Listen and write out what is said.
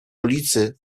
ulicy